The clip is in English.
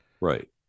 Right